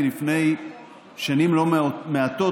מלפני שנים לא מעטות,